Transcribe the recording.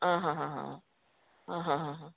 आ हा हा हा हा आ हा हा हा